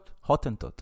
Hottentot